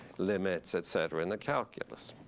limits, et cetera, in the calculus.